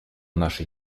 наши